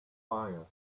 fire